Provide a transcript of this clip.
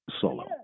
solo